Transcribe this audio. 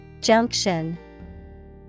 Junction